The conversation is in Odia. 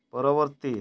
ପରବର୍ତ୍ତୀ